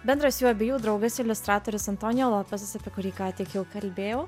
bendras jų abiejų draugas iliustratorius antonijo lopesas apie kurį ką tik jau kalbėjau